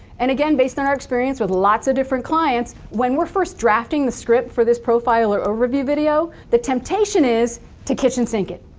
and again based on our experience with lots of different clients, when we're first drafting the script for this profile or overview video, the temptation is to kitchen sink it.